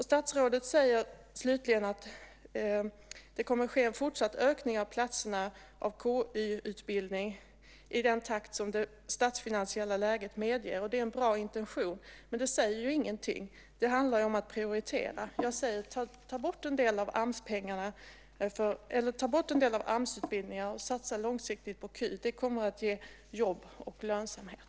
Statsrådet säger slutligen att det kommer att ske en fortsatt ökning av platserna inom KY i den takt som det statsfinansiella läget medger. Det är en bra intention, men det säger ju ingenting. Det handlar om att prioritera. Jag säger: Ta bort en del av Amsutbildningarna och satsa långsiktigt på KY! Det kommer att ge jobb och lönsamhet.